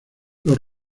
los